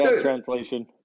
translation